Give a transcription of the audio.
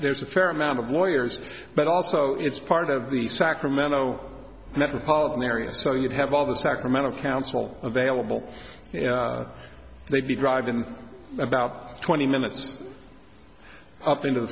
there's a fair amount of lawyers but also it's part of the sacramento metropolitan area so you'd have all the sacramento council available you know they drive in about twenty minutes up into the